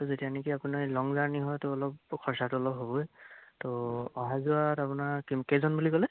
ত' যেতিয়া নেকি আপোনাৰ লং জাৰ্ণি হয় ত' অলপ খৰচাটো অলপ হ'বই ত' অহা যোৱাত আপোনাৰ কিম কেইজন বুলি ক'লে